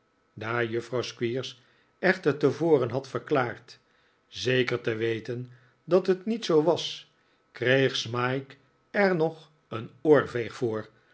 daar juffrouw squeers echter tevoren had verklaard zeker te weten dat het niet zoo was kreeg smike er nog een oorveeg voor